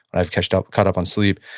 i've caught up caught up on sleep.